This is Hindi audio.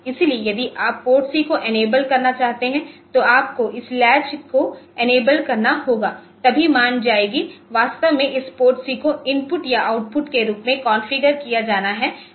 इसलिए यदि आप PORTC को इनेबल करना चाहते हैं तो आपको इस लैच को इनेबल करना होगा तभी मान जाएगी वास्तव में इस PORTC को इनपुट या आउटपुट के रूप में कॉन्फ़िगर किया जाना है